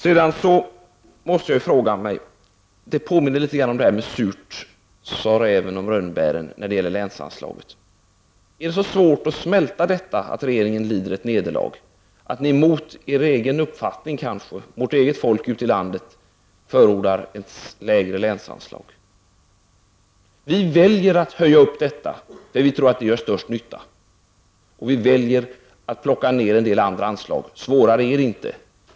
När det gäller länsanslagen påminner diskussionen litet om surt sade räven om rönnbären. Är det så svårt att smälta att regeringen lider ett nederlag att ni kanske mot er egen uppfattning och mot ert eget folk ute i landet förordar ett lägre länsanslag? Vi väljer att öka anslaget där vi tror att det gör störst nytta, och vi väljer att plocka ned en del andra anslag. Svårare är det inte.